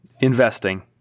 investing